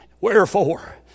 Wherefore